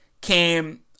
came